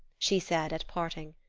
she said at parting.